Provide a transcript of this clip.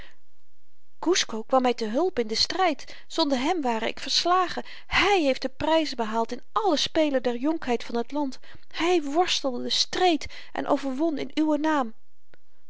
kusco kwam my te hulp in den stryd zonder hem ware ik verslagen hy heeft de pryzen behaald in alle spelen der jonkheid van t land hy worstelde streed en overwon in uwen naam